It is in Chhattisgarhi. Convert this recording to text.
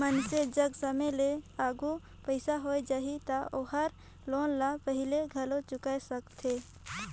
मइनसे जघा समे ले आघु पइसा होय जाही त ओहर लोन ल पहिले घलो चुकाय सकथे